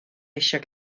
eisiau